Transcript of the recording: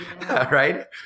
right